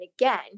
again